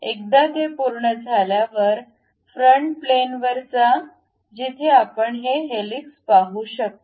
एकदा ते पूर्ण झाल्यावर फ्रंट प्लॅनवर जा जिथे आपण ही हेलिक्स पाहू शकता